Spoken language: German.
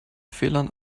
fehlern